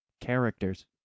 characters